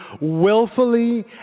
willfully